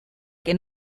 que